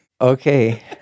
Okay